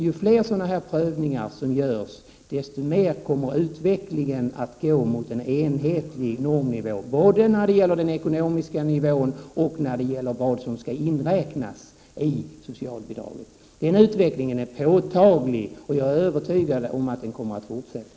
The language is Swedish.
Ju fler sådana prövningar som görs, desto mer kommer utvecklingen att gå mot enhetliga normer, både när det gäller den ekonomiska nivån och när det gäller vad som skall inräknas i socialbidraget. Den utvecklingen är påtaglig, och jag är övertygad om att den kommer att fortsätta.